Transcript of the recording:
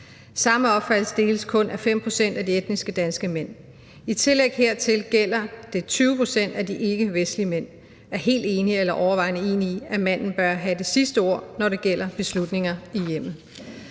Samme opfattelse deles kun af 5 pct. af de etnisk danske mænd. I tillæg hertil gælder det, at 20 pct. af de ikkevestlige mænd er helt enige eller overvejende enige i, at manden bør have det sidste ord, når det gælder beslutninger i hjemmet.